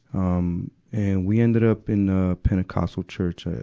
um and we ended up in a pentecostal church, ah,